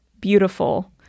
beautiful